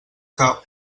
que